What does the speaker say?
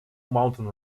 mountain